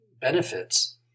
benefits